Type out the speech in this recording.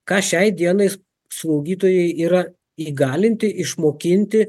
ką šiai dienais slaugytojai yra įgalinti išmokinti